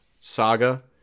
saga